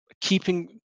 keeping